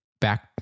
back